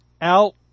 out